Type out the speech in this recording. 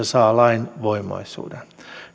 saa lainvoimaisuuden